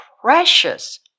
precious